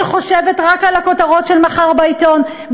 שחושבת רק על הכותרות של מחר בעיתון,